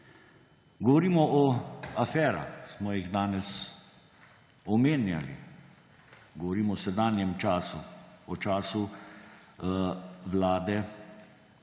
Govorimo o aferah, smo jih danes omenjali. Govorimo o sedanjem času, o času tretje